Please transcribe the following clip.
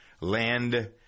land